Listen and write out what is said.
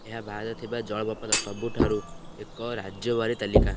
ଏହା ଭାରତରେ ଥିବା ଜଳପ୍ରପାତ ସବୁର ଏକ ରାଜ୍ୟ ଓ୍ୱାରୀ ତାଲିକା